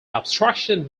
obstruction